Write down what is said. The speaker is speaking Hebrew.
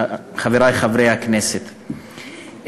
חברי חברי הכנסת,